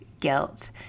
guilt